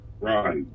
Right